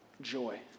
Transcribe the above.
joy